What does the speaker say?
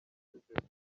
yagezeho